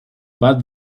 but